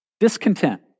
Discontent